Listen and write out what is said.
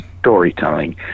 storytelling